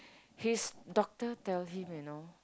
his doctor tell him you know